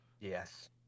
Yes